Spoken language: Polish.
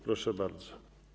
Proszę bardzo.